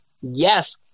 yes